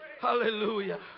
Hallelujah